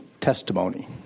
testimony